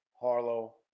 Harlow